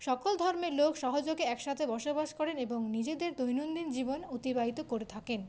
সকল ধর্মের লোক সহযোগে একসাথে বসবাস করেন এবং নিজেদের দৈনন্দিন জীবন অতিবাহিত করে থাকেন